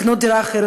לקנות דירה אחרת,